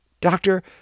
Doctor